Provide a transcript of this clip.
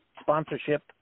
sponsorship